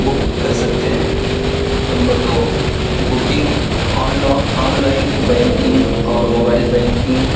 بک کر سکتے ہیں نمبر دو بکنگ آن لائن بینکنگ اور موبائل بینکنگ